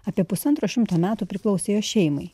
apie pusantro šimto metų priklausė jo šeimai